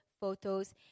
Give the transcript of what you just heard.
photos